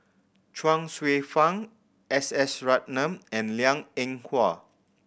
Chuang Hsueh Fang S S Ratnam and Liang Eng Hwa